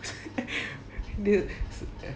the